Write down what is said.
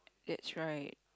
that's right